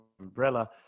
umbrella